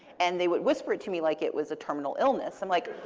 and they would whisper it to me like it was a terminal illness. i'm like,